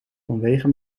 vanwege